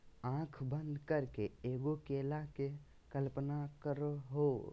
आँखें बंद करके एगो केला के कल्पना करहो